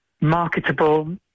marketable